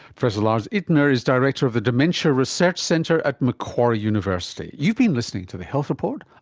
professor lars ittner is director of the dementia research centre at macquarie university. you've been listening to the health report,